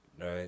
right